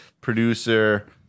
producer